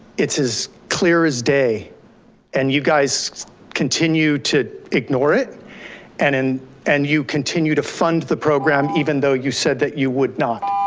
it's as clear as day and you guys continue to ignore it and and and you continue to fund the program even though you said that you would not.